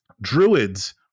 druids